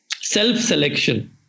self-selection